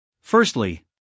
Firstly